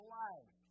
life